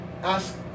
ask